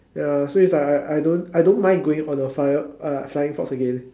ya so it's like I I don't I don't mind going on a flyer~ ah flying fox again